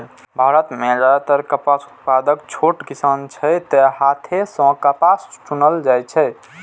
भारत मे जादेतर कपास उत्पादक छोट किसान छै, तें हाथे सं कपास चुनल जाइ छै